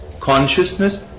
Consciousness